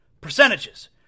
Percentages